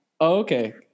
okay